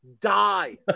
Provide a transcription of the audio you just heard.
Die